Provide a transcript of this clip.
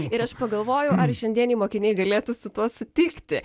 ir aš pagalvojau ar šiandieniai mokiniai galėtų su tuo sutikti